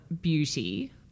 beauty